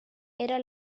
era